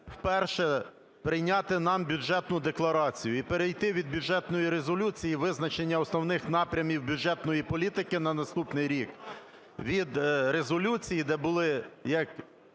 вперше прийняти нам бюджетну декларацію, і перейти від бюджетної резолюції визначення основних напрямів бюджетної політики на наступний рік, від резолюції, де були, як